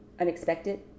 unexpected